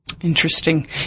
Interesting